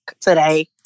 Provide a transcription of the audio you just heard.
today